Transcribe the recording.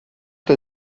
der